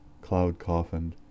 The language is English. cloud-coffined